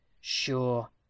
Sure